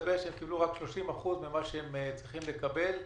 מסתבר שהם קיבלו רק 30% ממה שהם צריכים לקבל.